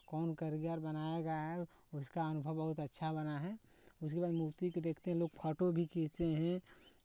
कौन करीगर बनाया गया है उसका अनुभव बहुत अच्छा बना है उसके बाद मूर्ती के देखते हैं लोग फोटो भी खींचते हैं